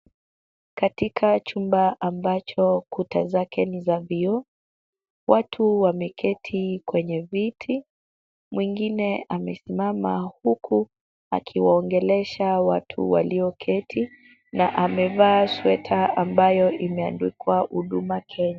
Katika chumba ambacho kuta zake ni za vioo, watu wameketi kwenye viti, mwingine amesimama huku akiwaongelesha watu walioketi na amevaa sweta ambayo imeandikwa huduma Kenya.